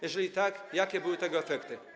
Jeżeli tak, jakie były tego efekty?